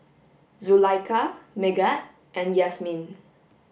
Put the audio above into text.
Zulaikha Megat and Yasmin